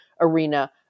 arena